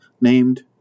named